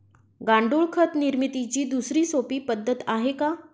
गांडूळ खत निर्मितीची दुसरी सोपी पद्धत आहे का?